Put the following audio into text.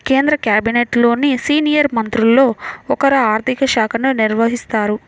కేంద్ర క్యాబినెట్లోని సీనియర్ మంత్రుల్లో ఒకరు ఆర్ధిక శాఖను నిర్వహిస్తారు